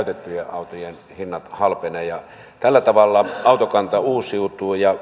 käytettyjen autojen hinnat halpenevat ja tällä tavalla autokanta uusiutuu ja